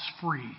free